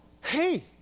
hey